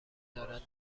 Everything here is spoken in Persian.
دارن